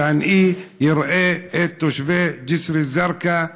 היא שאני אראה את תושבי ג'יסר א-זרקא,